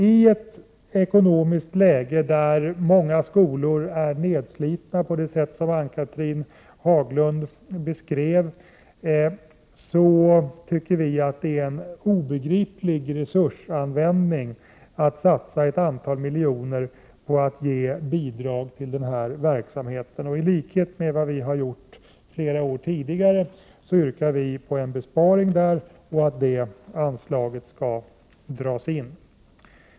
I ett ekonomiskt läge där många skolor är nedslitna på det sätt som Ann-Cathrine Haglund beskrev tycker vi att det är en obegriplig resursanvändning att satsa ett antal miljoner på att ge bidrag till den här verksamheten. I likhet med vad vi har gjort flera år tidigare yrkar vi där på en besparing, dvs. på att det anslaget skall dras in.